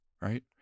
right